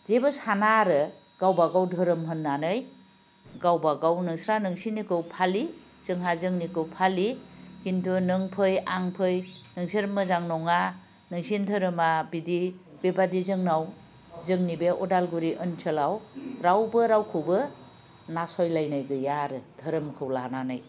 जेबो साना आरो गावबागाव धोरोम होननानै गावबागाव नोंस्रा नोंसिनिखौ फालि जोंहा जोंनिखौ फालि खिन्थु नों फै आं फै नोंसोर मोजां नङा नोंसिनि धोरोमा बिदि बेबादि जोंनाव जोंनि बे उदालगुरि ओनसोलाव रावबो रावखौबो नासयलायनाय गैया आरो धोरोमखौ लानानै